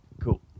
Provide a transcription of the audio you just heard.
cool